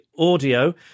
audio